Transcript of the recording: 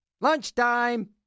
Lunchtime